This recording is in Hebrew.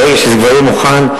ברגע שזה יהיה מוכן,